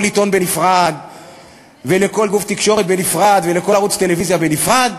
עיתון בנפרד ולכל גוף תקשורת בנפרד ולכל ערוץ טלוויזיה בנפרד?